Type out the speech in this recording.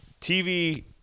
TV